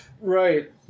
Right